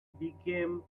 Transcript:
became